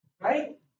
Right